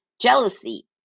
Jealousy